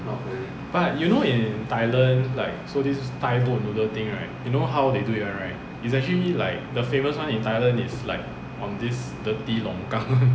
but you know in thailand like so this thai boat noodle thing right you know how they do it [one] right is actually like the famous one in thailand is like on this dirty longkang